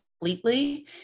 completely